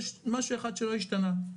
יש משהו אחד שלא השתנה,